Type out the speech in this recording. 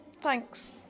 Thanks